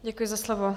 Děkuji za slovo.